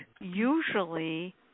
usually